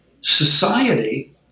Society